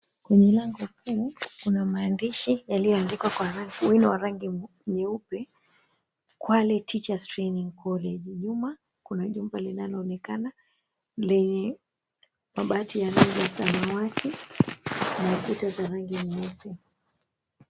Kwenye lango kuu kuna maandishi yaliyoandikwa kwa wino wa rangi nyeupe KWALE TEACHERS TRAINING COLLEGE. Nyuma kuna jumba linaloonekana lenye mabati ya rangi yasamawati na kuta za rangi nyeupe.